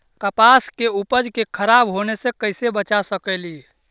कपास के उपज के खराब होने से कैसे बचा सकेली?